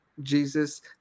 Jesus